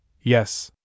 Yes